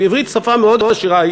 עברית היא שפה מאוד מאוד עשירה.